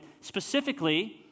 specifically